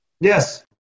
Yes